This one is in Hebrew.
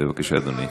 בבקשה, אדוני.